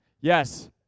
yes